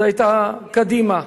זו היתה קדימה.